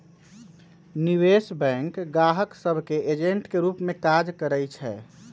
निवेश बैंक गाहक सभ के एजेंट के रूप में काज करइ छै